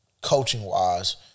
coaching-wise